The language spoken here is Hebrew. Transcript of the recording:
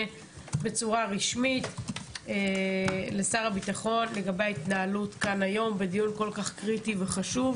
בצורה רשמית לשר הביטחון לגבי ההתנהלות כאן היום בדיון כל כך קריטי וחשוב,